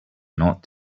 not